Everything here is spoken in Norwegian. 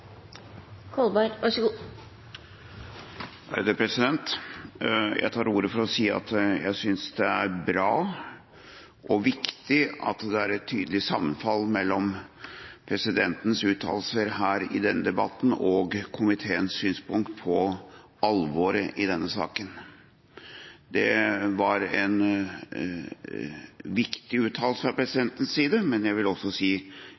bra og viktig at det er et tydelig sammenfall mellom stortingspresidentens uttalelser her i denne debatten og komiteens synspunkt på alvoret i denne saken. Det var en viktig uttalelse fra presidentens side, men jeg vil også si